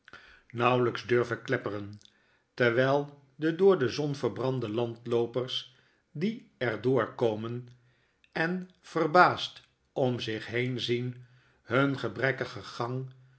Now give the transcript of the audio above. nauweljjks durven klepperen terwyl de door de zon verbrande landloopers die er doorkomen en verbaasd om zich heen zien hun gebrekkigen gang